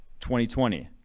2020